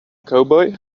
cowboy